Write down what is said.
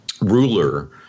ruler